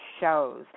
shows